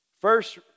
First